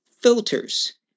filters